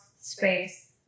space